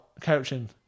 coaching